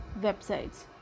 websites